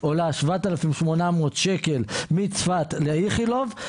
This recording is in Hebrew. עולה 7,800 שקל מצפת לאיכילוב,